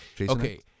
Okay